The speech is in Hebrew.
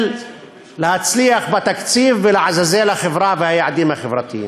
של להצליח בתקציב ולעזאזל החברה והיעדים החברתיים.